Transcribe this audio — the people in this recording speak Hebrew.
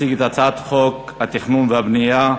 להציג את הצעת חוק התכנון והבנייה (תיקון,